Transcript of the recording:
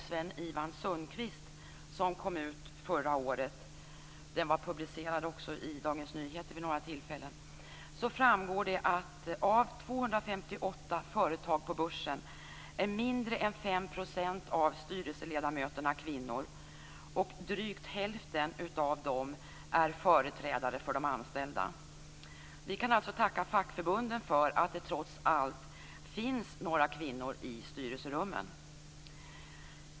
Sven-Ivan Sundqvist som kom ut förra året - den var också publicerad i Dagens Nyheter vid några tillfällen 5 % av styrelseledamöterna kvinnor. Drygt hälften av dessa är företrädare för de anställda. Vi kan alltså tacka fackförbunden för att det trots allt finns några kvinnor i styrelserummen.